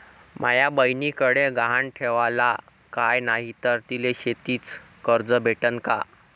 माया बयनीकडे गहान ठेवाला काय नाही तर तिले शेतीच कर्ज भेटन का?